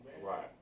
right